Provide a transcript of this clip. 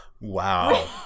Wow